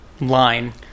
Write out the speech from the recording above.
line